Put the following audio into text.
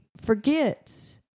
forgets